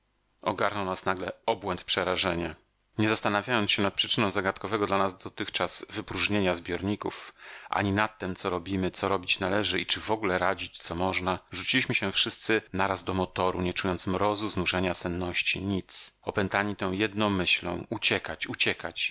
ogarnął nas nagle obłęd przerażenia nie zastanawiając się nad przyczyną zagadkowego dla nas dotychczas wypróżnienia zbiorników ani nad tem co robimy co robić należy i czy wogóle radzić co można rzuciliśmy się wszyscy naraz do motoru nie czując mrozu znużenia senności nic opętani tą jedną myślą uciekać uciekać